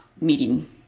meeting